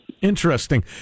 Interesting